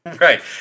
Right